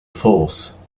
force